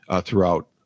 throughout